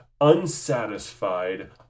unsatisfied